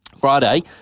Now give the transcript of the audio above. Friday